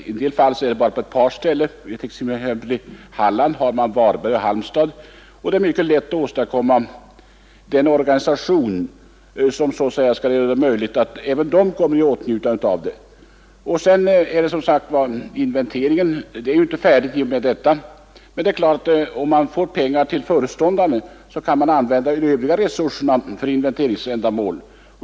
I en del fall gäller det bara ett par ställen — i Halland t.ex. Varberg och Halmstad — och det är mycket lätt att åstadkomma den organisation som skall göra det möjligt att komma i åtnjutande av bidrag. Inventeringen är naturligtvis inte färdig i och med detta. Men om man får pengar till föreståndaren kan man ju använda övriga resurser för inventeringsändamål.